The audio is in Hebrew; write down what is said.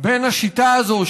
בין השיטה הזאת,